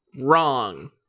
wrong